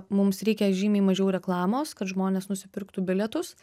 mums reikia žymiai mažiau reklamos kad žmonės nusipirktų bilietus